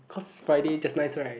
cause Friday just nice right